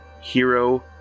hero